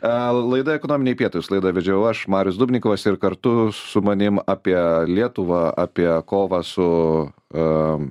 a laida ekonominiai pietūs laidą vedžiau aš marius dubnikovas ir kartu su manim apie lietuvą apie kovą su am